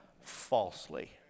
falsely